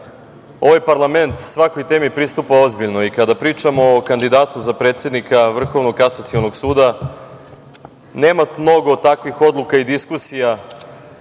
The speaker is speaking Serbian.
ovaj parlament svakoj temi pristupa ozbiljno. Kada pričamo o kandidatu za predsednika Vrhovnog kasacionog suda, nema mnogo takvih odluka i diskusija